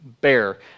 bear